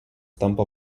tampa